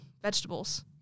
Vegetables